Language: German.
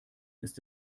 ist